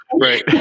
Right